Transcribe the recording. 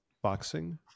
Boxing